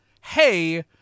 hey